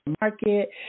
market